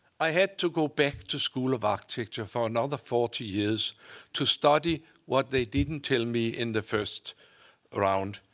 i had to go back to school of architecture for another forty years to study what they didn't tell me in the first round.